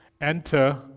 enter